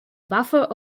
buffer